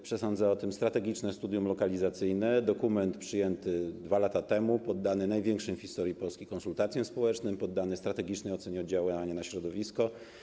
Przesądza o tym strategiczne studium lokalizacyjne, dokument przyjęty 2 lata temu, poddany największym w historii Polski konsultacjom społecznym, poddany strategicznej ocenie oddziaływania na środowisko.